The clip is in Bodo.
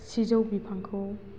सिजौ बिफांखौ